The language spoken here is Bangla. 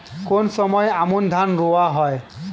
কোন সময় আমন ধান রোয়া হয়?